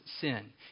sin